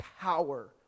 power